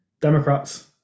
Democrats